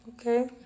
okay